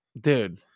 Dude